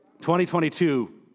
2022